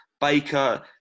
Baker